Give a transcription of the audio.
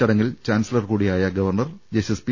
ചടങ്ങിൽ ചാൻസലർകൂടിയായ governor justice P